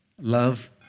love